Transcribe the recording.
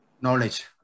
knowledge